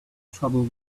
trouble